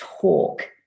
talk